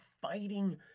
fighting